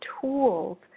tools